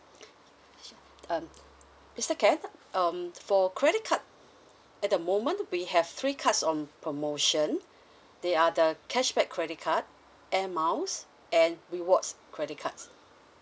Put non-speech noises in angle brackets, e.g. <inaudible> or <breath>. <breath> sure um mister ken um for credit card at the moment we have three cards on promotion they are the cashback credit card air miles and rewards credit cards